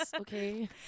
okay